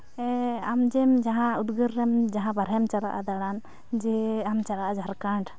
ᱟᱢ ᱡᱮ ᱩᱫᱽᱜᱟᱹᱨ ᱨᱮᱢ ᱡᱟᱦᱟᱸ ᱵᱟᱨᱦᱮᱢ ᱪᱟᱞᱟᱜᱼᱟ ᱫᱟᱬᱟᱱ ᱡᱮ ᱟᱢ ᱪᱟᱞᱟᱜᱼᱟ ᱡᱷᱟᱨᱠᱷᱟᱱᱰ